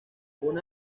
una